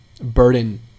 burden